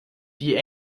die